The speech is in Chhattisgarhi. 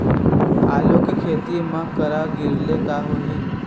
आलू के खेती म करा गिरेले का होही?